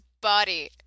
body